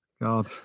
God